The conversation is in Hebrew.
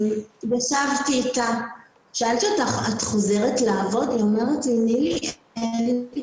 שאלתי אותה אם היא חוזרת לעבוד והיא אמרה שאין לה כוחות.